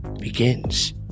begins